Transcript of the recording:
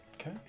Okay